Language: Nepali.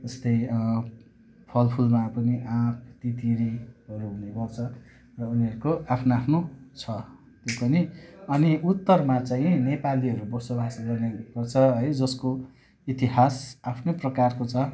जस्तै फलफुलमा पनि आँप तित्रीहरू हुने गर्छ र उनीहरूको आफ्नो आफ्नो छ अनि उत्तरमा चाहिँ नेपालीहरू बसोबासो गर्ने गर्छ है जसको इतिहास आफ्नै प्रकारको छ